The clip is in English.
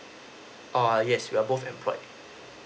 err yes we are both employed